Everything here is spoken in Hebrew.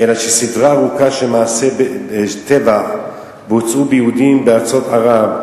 אך כשסדרה ארוכה של מעשי טבח בוצעה ביהודים בארצות ערב,